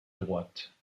droite